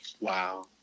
Wow